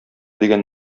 дигән